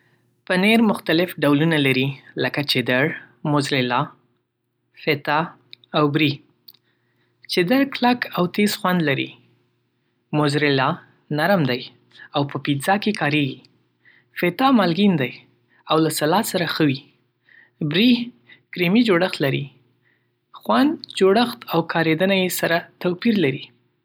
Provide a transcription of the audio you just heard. پنیرونه مختلف ډولونه لري لکه چدر، موزرېلا، فېتا، او بری. چدر کلک او تېز خوند لري. موزرېلا نرم دی او په پیزا کې کارېږي. فېتا مالګین دی او له سلاد سره ښه وي. بری کریمي جوړښت لري. خوند، جوړښت او کارېدنه یې سره توپیر لري.